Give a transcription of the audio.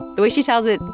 the way she tells it,